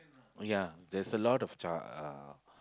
ya there's a lot of the uh